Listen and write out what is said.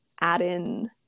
add-in